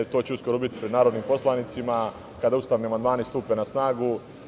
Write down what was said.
To će uskoro biti pred narodnim poslanicima, kada ustavni amandmani stupe na snagu.